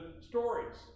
stories